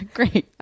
Great